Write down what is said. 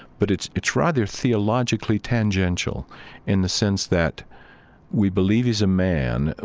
but it's it's rather theologically tangential in the sense that we believe he's a man.